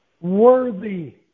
worthy